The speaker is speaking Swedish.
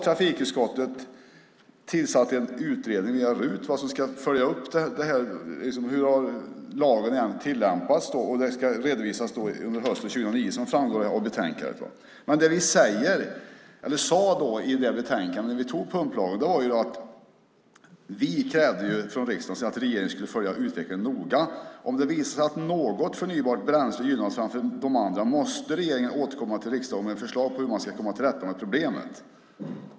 Trafikutskottet har tillsatt en utredning via RUT som ska följa upp hur lagen har tillämpats, och det ska redovisas under hösten 2009, vilket framgår av betänkandet. Men det vi sade i det betänkande där vi antog pumplagen var att vi från riksdagens sida krävde att regeringen skulle följa utvecklingen noga. Om det visade sig att något förnybart bränsle gynnades framför de andra måste regeringen återkomma till riksdagen med förslag på hur man ska komma till rätta med problemet.